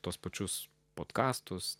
tuos pačius pakąstus